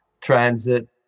Transit